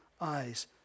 eyes